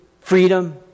freedom